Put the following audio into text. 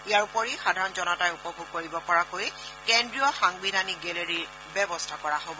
ইয়াৰ উপৰি সাধাৰণ জনতাই উপভোগ কৰিব পৰাকৈ কেন্দ্ৰীয় সাংবিধানিক গেলেৰীৰ ব্যৱস্থা কৰা হব